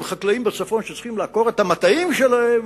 חקלאים בצפון שצריכים לעקור את המטעים שלהם,